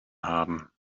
haben